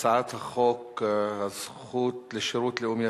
הצעת חוק הזכות לשירות לאומי,